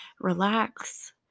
relax